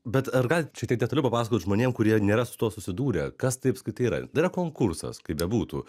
bet ar galit šiek tiek detaliau papasakot žmonėm kurie nėra su tuo susidūrę kas tai apskritai yra yra konkursas kaip bebūtų